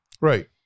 Right